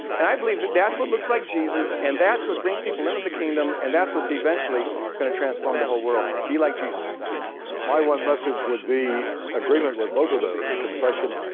and i believe that that's what looks like jesus, and that's what brings people into the kingdom, and that's what's eventually going to transform the whole world. be like jesus my one message would be agreement with both of those. confession,